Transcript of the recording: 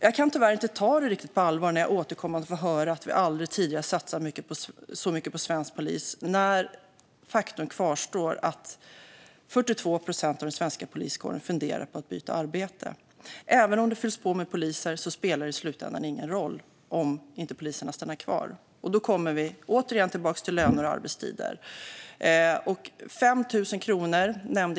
Jag kan tyvärr inte riktigt ta det på allvar när jag återkommande får höra att vi aldrig tidigare har satsat så mycket på svensk polis när faktum kvarstår att 42 procent av den svenska poliskåren funderar på att byta arbete. Det spelar i slutändan ingen roll om det fylls på med poliser om inte poliserna stannar kvar. Då kommer vi återigen tillbaka till löner och arbetstider.